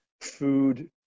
food